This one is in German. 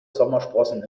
sommersprossen